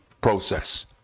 process